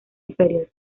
interior